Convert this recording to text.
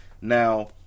Now